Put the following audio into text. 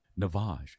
Navaj